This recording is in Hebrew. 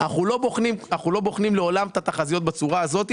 אנחנו לא בוחנים לעולם את התחזיות בצורה הזאת,